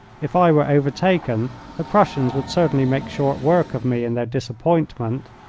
if i were overtaken the prussians would certainly make short work of me in their disappointment.